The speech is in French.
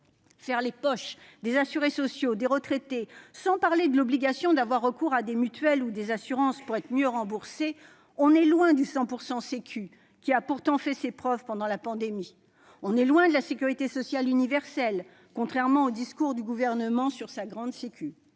Faire les poches des assurés sociaux, des retraités, sans parler de l'obligation d'avoir recours à des mutuelles ou à des assurances pour être mieux remboursé : on est loin du « 100 % sécu », qui a pourtant fait ses preuves pendant la pandémie ! On est loin de la sécurité sociale universelle, contrairement au discours du Gouvernement sur sa « grande sécu